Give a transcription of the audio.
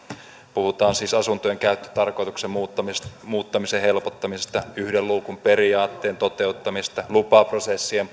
puhutaan siis asuntojen käyttötarkoituksen muuttamisen helpottamisesta yhden luukun periaatteen toteuttamisesta lupaprosessien